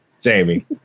Jamie